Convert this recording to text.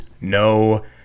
no